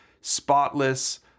spotless